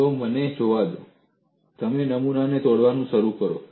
તો મને જોવા દો તમે નમૂનાને તોડવાનું શરૂ કરો